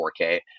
4K